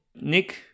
Nick